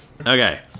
Okay